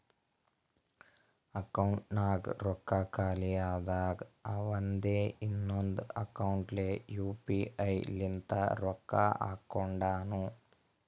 ಅಕೌಂಟ್ನಾಗ್ ರೊಕ್ಕಾ ಖಾಲಿ ಆದಾಗ ಅವಂದೆ ಇನ್ನೊಂದು ಅಕೌಂಟ್ಲೆ ಯು ಪಿ ಐ ಲಿಂತ ರೊಕ್ಕಾ ಹಾಕೊಂಡುನು